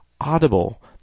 Audible